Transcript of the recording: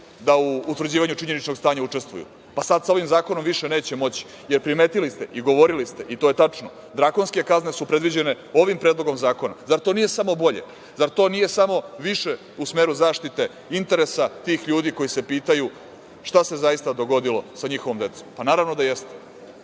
da u utvrđivanju činjeničnog stanja učestvuju? Sada sa ovim zakonom više neće moći. Primetili ste i govorili ste, i to je tačno, drakonske kazne su predviđene ovim predlogom zakona. Zar to nije samo bolje? Zar to nije samo više u smeru zaštite interesa tih ljudi koji se pitaju šta se zaista dogodilo sa njihovom decom? Naravno da